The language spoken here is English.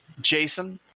Jason